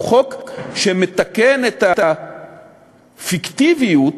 חוק שמתקן את הפיקטיביות